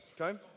Okay